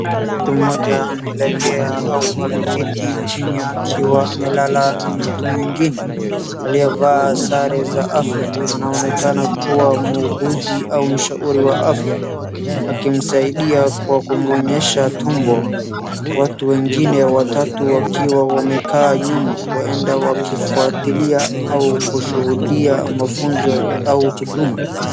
Mtu mmoja amelegea au ameketi chini akiwa amelala na mtu mwingine. Aliyavaa sare za afya anaonekana kuwa muuguzi au mshauri wa afya. Akimsaidia kwa kumwonyesha tumbo. Watu wengine watatu wakiwa wamekaa nyuma waenda wakifuatilia au kushuhudia mafunzo au huduma.